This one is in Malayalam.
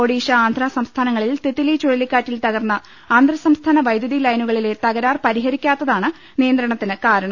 ഒഡിഷ ആന്ധ്ര സംസ്ഥാനങ്ങളിൽ തിത്ലി ചുഴലിക്കാറ്റിൽ തകർന്ന അന്തർ സംസ്ഥാന വൈദ്യുതി ലൈനുകളിലെ തകരാർ പരിഹരിക്കാത്തതാണ് നിയന്ത്രണത്തിന് കാരണം